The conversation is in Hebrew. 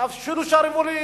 תפשילו שרוולים,